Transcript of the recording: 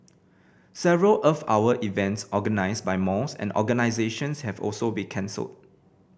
several Earth Hour events organised by malls and organisations have also been cancelled